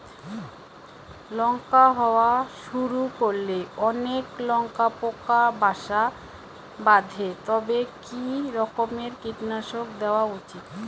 লঙ্কা হওয়া শুরু করলে অনেক লঙ্কায় পোকা বাসা বাঁধে তবে কি রকমের কীটনাশক দেওয়া উচিৎ?